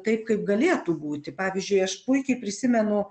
taip kaip galėtų būti pavyzdžiui aš puikiai prisimenu